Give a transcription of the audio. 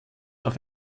auf